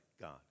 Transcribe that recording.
God